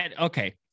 Okay